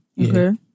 Okay